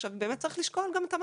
עכשיו, באמת צריך לשקול גם את המטרות.